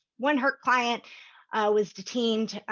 one hirc client was detained